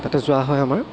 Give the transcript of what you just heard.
তাতে যোৱা হয় আমাৰ